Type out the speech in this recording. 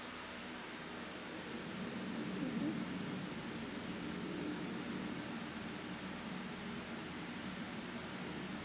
mmhmm